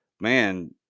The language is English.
man